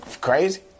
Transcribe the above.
crazy